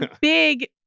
big